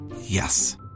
Yes